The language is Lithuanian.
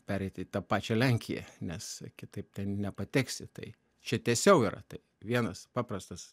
pereiti tą pačią lenkiją nes kitaip ten nepateksi tai čia tiesiau yra taip vienas paprastas